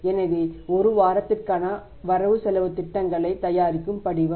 எனவே 1 வாரத்திற்கான வரவு செலவுத் திட்டங்களைத் தயாரிக்கும் படிவம்